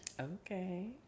Okay